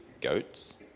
goats